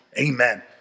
Amen